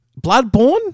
Bloodborne